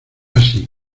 así